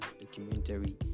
documentary